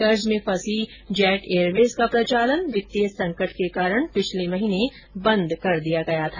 कर्ज में फंसी जेट एयरवेज का प्रचालन वित्तीय संकट के कारण पिछले महीने बंद कर दिया गया था